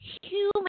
human